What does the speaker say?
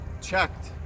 checked